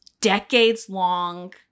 decades-long